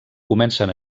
comencen